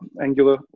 Angular